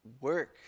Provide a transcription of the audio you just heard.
work